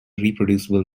reproducible